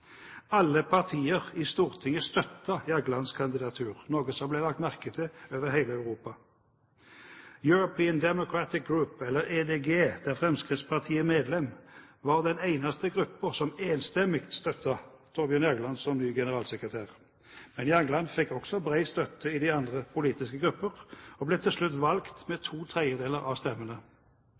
Alle partier i Stortinget støttet Jaglands kandidatur, noe som ble lagt merke til over hele Europa. European Democratic Group, eller EDG, der Fremskrittspartiet er medlem, var den eneste gruppen som enstemmig støttet Thorbjørn Jagland som ny generalsekretær. Men Jagland fikk også bred støtte i de andre politiske gruppene, og ble til slutt valgt med ⅔ av stemmene.